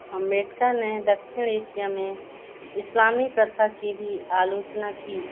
अम्बेडकर ने दक्षिण एशिया में इस्लामी प्रथा की भी आलोचना की